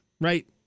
right